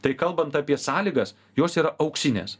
tai kalbant apie sąlygas jos yra auksinės